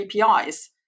APIs